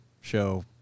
show